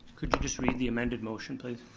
could you just read the amended motion please?